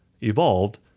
evolved